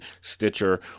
Stitcher